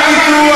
אל תטעו,